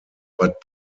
but